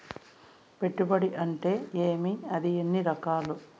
పెట్టుబడి అంటే ఏమి అది ఎన్ని రకాలు